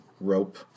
rope